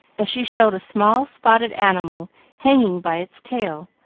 as she showed a small spotted animal hanging by its tail,